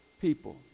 people